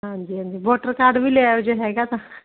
ਹਾਂਜੀ ਹਾਂਜੀ voter card ਵੀ ਲੈ ਆਇਓ ਜੇ ਹੈਗਾ ਤਾਂ